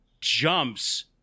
jumps